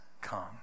come